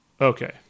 Okay